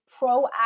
proactive